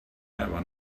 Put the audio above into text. never